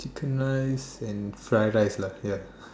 chicken rice and fried rice lah ya